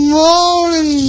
morning